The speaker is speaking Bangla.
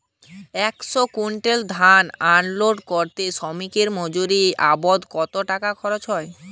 একশো কুইন্টাল ধান আনলোড করতে শ্রমিকের মজুরি বাবদ কত টাকা খরচ হয়?